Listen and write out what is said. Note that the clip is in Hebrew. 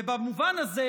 ובמובן הזה